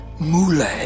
Mule